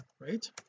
right